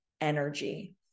energy